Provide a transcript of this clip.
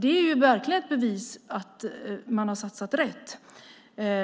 Det är ju verkligen ett bevis för att man har satsat rätt.